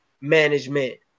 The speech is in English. management